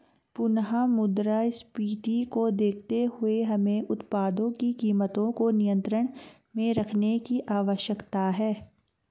पुनः मुद्रास्फीति को देखते हुए हमें उत्पादों की कीमतों को नियंत्रण में रखने की आवश्यकता है